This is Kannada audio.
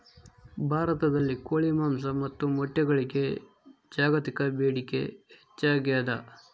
ಭಾರತದಲ್ಲಿ ಕೋಳಿ ಮಾಂಸ ಮತ್ತು ಮೊಟ್ಟೆಗಳಿಗೆ ಜಾಗತಿಕ ಬೇಡಿಕೆ ಹೆಚ್ಚಾಗ್ಯಾದ